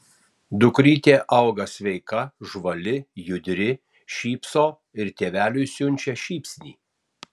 dukrytė auga sveika žvali judri šypso ir tėveliui siunčia šypsnį